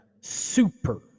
super